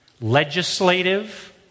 legislative